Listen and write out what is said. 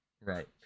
Right